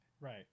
Right